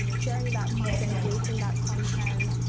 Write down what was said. and sharing that content, creating that content,